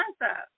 concept